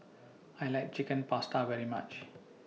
I like Chicken Pasta very much